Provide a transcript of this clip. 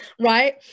right